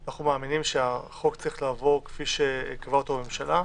אנחנו מאמינים שהחוק צריך לעבור כפי שקבעה אותו הממשלה.